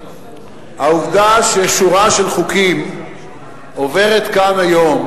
העובדה ששורה של חוקים עוברת כאן היום,